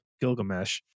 Gilgamesh